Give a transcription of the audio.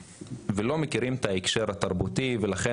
לא מכירים מספיק את ההקשר התרבותי ולכן